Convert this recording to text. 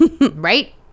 Right